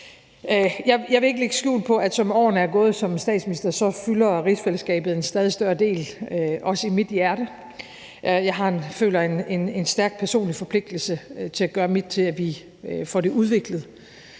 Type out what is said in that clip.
Jeg vil ikke lægge skjul på, at som årene er gået som statsminister, fylder rigsfællesskabet en stadig større del, også i mit hjerte. Jeg føler en stærk personlig forpligtelse til at gøre mit til, at vi får det udviklet